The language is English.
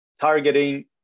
targeting